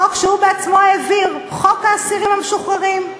חוק הוא בעצמו העביר, חוק האסירים המשוחררים,